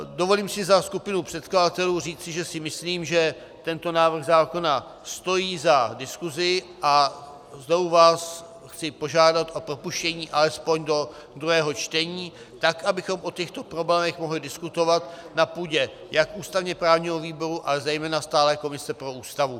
Dovolím si za skupinu předkladatelů říci, že si myslím, že tento návrh zákona stojí za diskusi, a znovu vás chci požádat o propuštění alespoň do druhého čtení, tak abychom o těchto problémech mohli diskutovat na půdě jak ústavněprávního výboru, ale zejména stálé komise pro Ústavu.